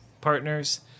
partners